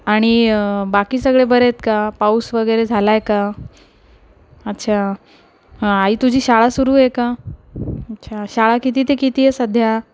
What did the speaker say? आणि बाकी सगळे बरे आहेत का पाऊस वगैरे झाला आहे का अच्छा आई तुझी शाळा सुरू आहे का अच्छा शाळा किती ते किती आहे सध्या